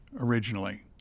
originally